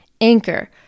Anchor